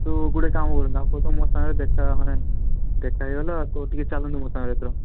ତ ଗୋଟେ କାମ କରନ୍ତୁ ଆପଣ ତ ମୋ ସାଙ୍ଗରେ ଦେଖା ମାନେ ଦେଖା ହେଇଗଲା ତ ଟିକେ ଚାଲନ୍ତୁ ମୋ ସାଙ୍ଗରେ ଏଥର